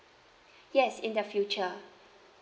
yes in the future